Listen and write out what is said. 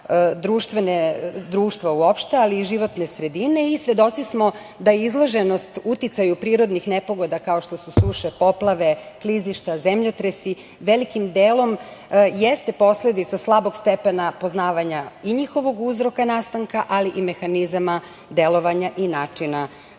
ugrožavanja društva uopšte, ali i životne sredine, i svedoci smo da je izloženost uticaju prirodnih nepogoda kao što su suše, poplave, klizišta, zemljotresi, velikim delom jeste posledica slabog stepena poznavanja i njihovog uzroka i nastanka, ali i mehanizama delovanja i načina